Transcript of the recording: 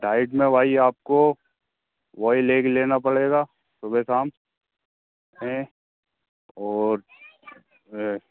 diet में वही आपको वही लेग लेना पड़ेगा सुबह शाम हैं और